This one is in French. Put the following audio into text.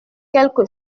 quelque